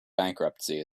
bankruptcy